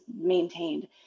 maintained